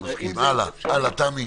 הלאה, תמי.